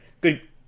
good